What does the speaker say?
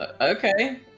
Okay